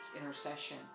intercession